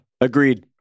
Agreed